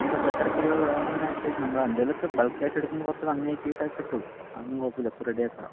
നമുക്ക് അപ്പോൾ എത്ര കിലോ വേണമെന്നനുസരിച്ച് നമ്മൾ എന്തെലൊക്കെ ബൾക്ക് ആയിട്ട് എടുക്കുമ്പോക്കെ കമ്മി ആയി കിട്ടും അതൊന്നും കുഴപ്പമില്ല ഒക്കെ റെഡി ആക്കാം